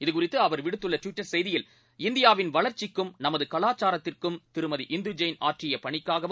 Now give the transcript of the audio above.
இது குறித்துஅவர் விடுத்துள்ளட்விட்டர் செய்தியில் இந்தியாவின் வளர்ச்சிக்கும் நமதுகலாச்சாரத்திற்கும் திருமதி இந்துஜெயின் ஆற்றியபணிக்காகவும்